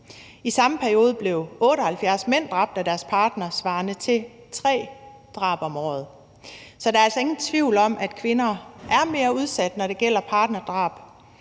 I samme periode blev 78 mænd dræbt af deres partner, svarende til tre drab om året. Så der er altså ingen tvivl om, at kvinder er mere udsatte, når det gælder partnerdrab,